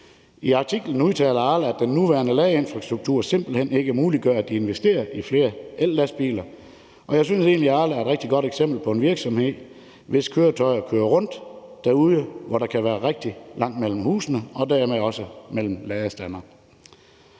I artiklen udtaler Arla, at den nuværende ladeinfrastruktur simpelt hen ikke muliggør, at de investerer i flere ellastbiler. Jeg synes egentlig, at Arla er et rigtig godt eksempel på en virksomhed, hvis køretøjer kører rundt derude, hvor der kan være rigtig langt mellem husene og dermed også mellem ladestanderne.